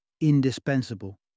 indispensable